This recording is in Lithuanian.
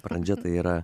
pradžia tai yra